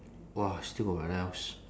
!wah! still got what else